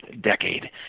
decade